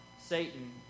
Satan